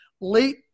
late